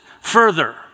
further